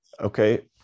Okay